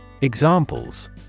Examples